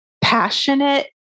passionate